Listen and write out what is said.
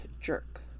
jerk